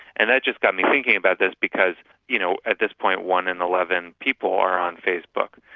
and that just got me thinking about this, because you know at this point one in eleven people are on facebook.